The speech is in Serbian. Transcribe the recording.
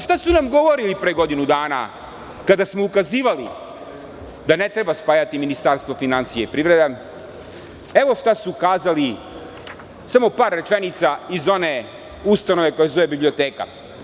Šta su nam govorili pre godinu dana kada smo ukazivali da ne treba spajati Ministarstvo finansija i Ministarstvo privrede, evo šta su kazali, samo par rečenica iz one ustanove koja se zove biblioteka.